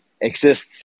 exists